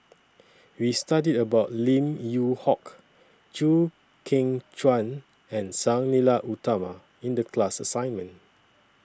We studied about Lim Yew Hock Chew Kheng Chuan and Sang Nila Utama in The class assignment